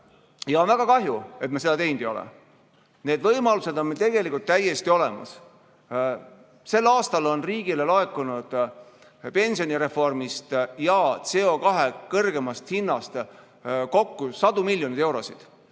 On väga kahju, et me seda teinud ei ole. Need võimalused on meil tegelikult täiesti olemas. Sel aastal on riigile laekunud pensionireformist ja CO2kõrgemast hinnast kokku sadu miljoneid eurosid.